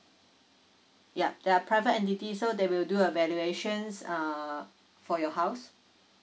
yup they're private entity so they will do a valuations uh for your house